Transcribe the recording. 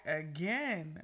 again